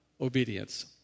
obedience